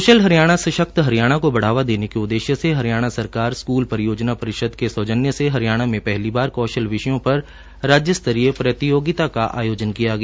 कशल हरियाणा सशक्त हरियाणा को बढ़ावा देने के उद्देश्य से हरियाणा राज्य स्कूल परियोजना परिषद के सौजन्य से हरियाणा में पहली बार कौशल विषयों पर राज्यस्तरीय प्रतियोगिता का आयोजन किया गया